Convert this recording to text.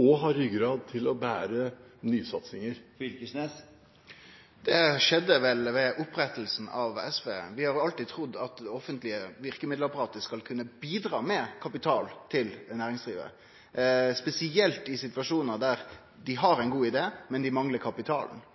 og ha ryggrad til å bære nysatsinger? Det skjedde vel ved opprettinga av SV. Vi har alltid trudd at det offentlege verkemiddelapparatet skal kunne bidra med kapital til næringslivet, spesielt i situasjonar der dei har ein god idé, men dei manglar kapitalen.